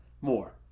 more